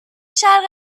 شرق